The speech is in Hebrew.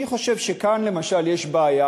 אני חושב שכאן למשל יש בעיה,